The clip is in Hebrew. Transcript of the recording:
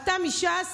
אתה מש"ס,